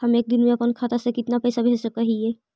हम एक दिन में अपन खाता से कितना पैसा भेज सक हिय?